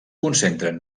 concentren